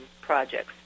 projects